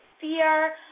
fear